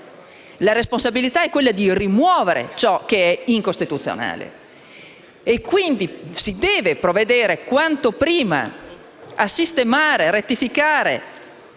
una responsabilità enorme: quella di rimuovere ciò che è incostituzionale. Si deve quindi provvedere quanto prima a sistemare, rettificare